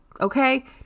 Okay